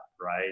Right